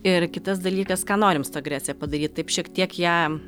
ir kitas dalykas ką norim su ta agresija padaryt taip šiek tiek ją